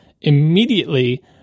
immediately